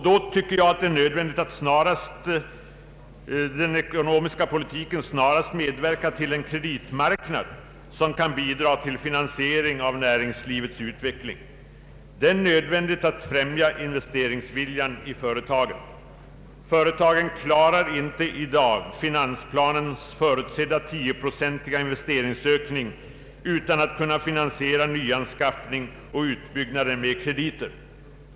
Då måste den ekonomiska politiken snarast medverka till en kreditmarknad som kan bidraga till finansiering av näringslivets utveckling. Företagen klarar i dag inte finansplanens förutsedda tioprocentiga investeringsökning utan att kunna finansiera nyanskaffning och utbyggnad med krediter.